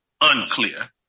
unclear